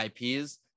IPs